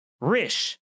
rish